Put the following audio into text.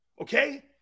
Okay